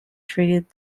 treated